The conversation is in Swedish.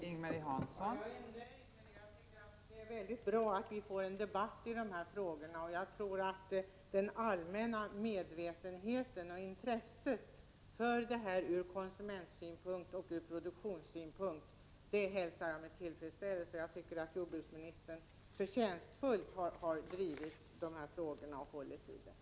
Fru talman! Jag är nöjd med detta svar. Det är mycket bra att vi får en debatt om dessa frågor. Jag tror att den allmänna medvetenheten och intresset för det här från konsumentsynpunkt och producentsynpunkt har ökat. Det hälsar jag med tillfredsställelse. Jag tycker att jordbruksministern på ett förtjänstfullt sätt har drivit och handlagt dessa frågor.